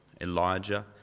Elijah